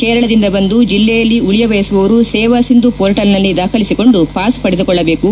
ಕೇರಳದಿಂದ ಬಂದು ಜಿಲ್ಲೆಯಲ್ಲಿ ಉಳಿಯ ಬಯಸುವವರು ಸೇವಾ ಸಿಂಧು ಪೋರ್ಟಲ್ನಲ್ಲಿ ದಾಖಲಿಸಿ ಕೊಂಡು ಪಾಸ್ ಪಡೆದು ಕೊಳ್ಳಬೇಕು